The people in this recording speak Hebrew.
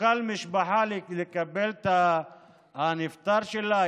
תוכל המשפחה לקבל את הנפטר שלה,